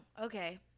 Okay